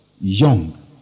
young